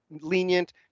lenient